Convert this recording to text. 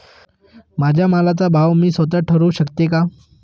माझ्या मालाचा भाव मी स्वत: ठरवू शकते का?